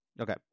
Okay